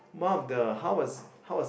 one of the how was how was the